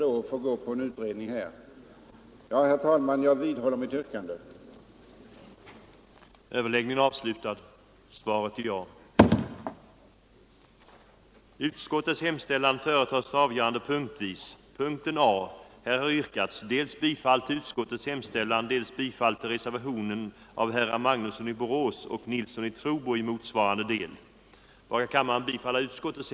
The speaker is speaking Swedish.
föreningars vinster, dels möjligheter till avskrivningar på återanskaffningsvärden alternativt på indexreglerade anskaffningsvärden.